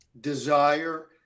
desire